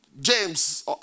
James